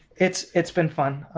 it's it's been fun.